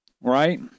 right